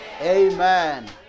Amen